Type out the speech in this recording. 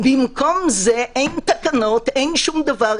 במקום זה, אין תקנות, אין שום דבר.